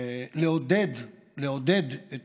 לעודד את